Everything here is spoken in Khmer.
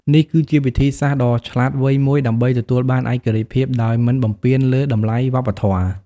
នេះគឺជាវិធីសាស្រ្តដ៏ឆ្លាតវៃមួយដើម្បីទទួលបានឯករាជ្យភាពដោយមិនបំពានលើតម្លៃវប្បធម៌។